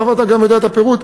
מאחר שאתה גם יודע את הפירוט,